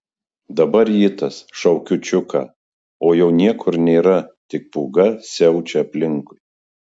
dabar rytas šaukiu čiuką o jo niekur nėra tik pūga siaučia aplinkui